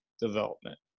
development